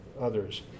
others